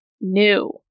new